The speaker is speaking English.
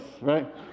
right